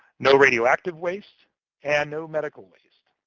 no radioactive waste and no medical waste.